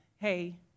Hey